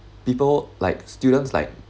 people like students like